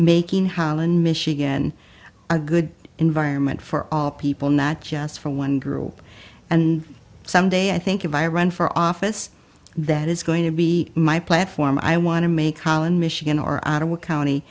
making holland michigan a good environment for all people not just for one group and someday i think if i run for office that is going to be my platform i want to make holland michigan or ottawa county